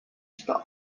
что